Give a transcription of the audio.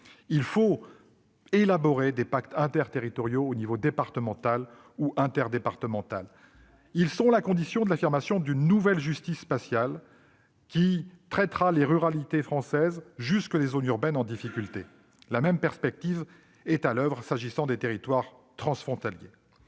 il faut élaborer des pactes interterritoriaux, à l'échelle départementale ou interdépartementale. Ils sont la condition de l'affirmation d'une nouvelle justice spatiale pour tous les territoires, des ruralités françaises aux zones urbaines en difficulté. La même perspective est à l'oeuvre s'agissant des territoires transfrontaliers.